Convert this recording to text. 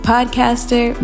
podcaster